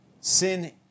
Sin